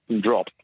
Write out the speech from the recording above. drop